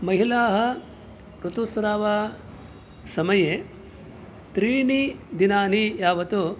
महिलाः ऋतुस्रावसमये त्रीणि दिनानि यावत्